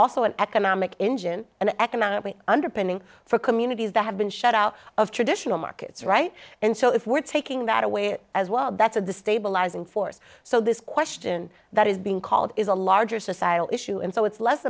also an economic engine an economically underpinning for communities that have been shut out of traditional markets right and so if we're taking that away as well that's a destabilizing force so this question that is being called is a larger societal issue and so it's less